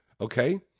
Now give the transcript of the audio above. okay